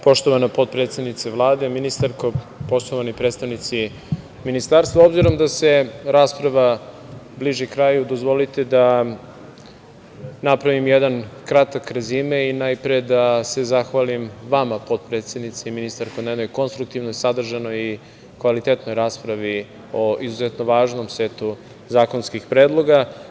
Poštovana potpredsednice Vlade, ministarko, poštovani predstavnici Ministarstva, obzirom da se rasprava bliži kraju, dozvolite da napravim jedan kratak rezime i najpre da se zahvalim vama potpredsednice i ministarko na jednoj konstruktivnoj i kvalitetnoj raspravi o izuzetno važnom setu zakonskih predloga.